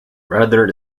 rather